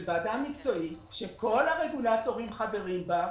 ועדה מקצועית שכל הרגולטורים חברים בה,